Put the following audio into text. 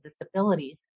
Disabilities